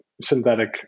synthetic